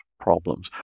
problems